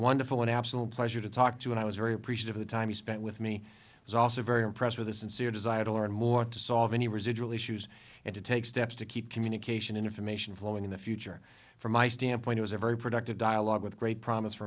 wonderful an absolute pleasure to talk to and i was very appreciative of the time he spent with me was also very impressed with a sincere desire to learn more to solve any residual issues and to take steps to keep communication information flowing in the future from my standpoint it was a very productive dialogue with great promise for